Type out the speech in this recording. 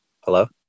Hello